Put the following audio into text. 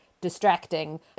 distracting